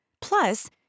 Plus